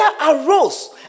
arose